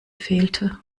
fehlte